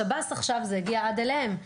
השב"ס עכשיו זה הגיע עד אליהם,